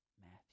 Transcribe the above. Matthew